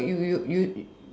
so you you you